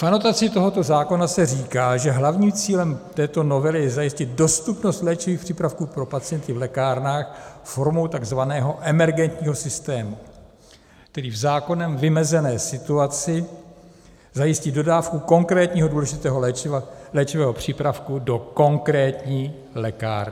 V anotaci tohoto zákona se říká, že hlavním cílem této novely je zajistit dostupnost léčivých přípravků pro pacienty v lékárnách formou takzvaného emergentního systému, který v zákonem vymezené situaci zajistí dodávku konkrétního důležitého léčivého přípravku do konkrétní lékárny.